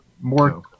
more